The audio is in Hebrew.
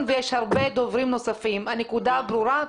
הנקודה ברורה.